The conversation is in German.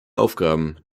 aufgaben